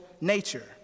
nature